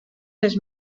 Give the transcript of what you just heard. les